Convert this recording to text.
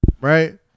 right